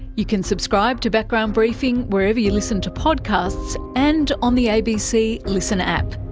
you can subscribe to background briefing wherever you listen to podcasts, and on the abc listen app.